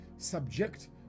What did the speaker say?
Subject